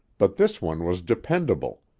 but this one was dependable,